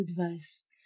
advice